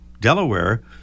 Delaware